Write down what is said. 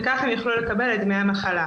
וככה הם יוכלו לקבל את דמי המחלה.